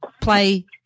play